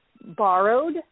borrowed